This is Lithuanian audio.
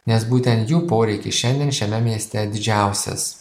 nes būtent jų poreikis šiandien šiame mieste didžiausias